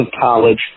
college